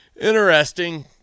Interesting